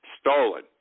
Stolen